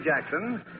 Jackson